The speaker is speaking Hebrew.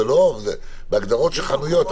בהגדרות של חנויות.